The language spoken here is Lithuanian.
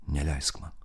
neleisk man